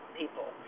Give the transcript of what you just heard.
people